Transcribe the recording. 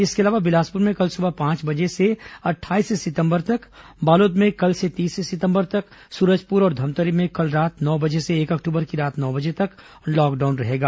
इसके अलावा बिलासपुर में कल सुबह पांच बजे से अट्ठाईस सितंबर तक बालोद में कल से तीस सितंबर तक सूरजपुर और धमतरी में कल रात नौ बजे से एक अक्टूबर की रात नौ बजे तक लॉकडाउन रहेगा